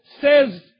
says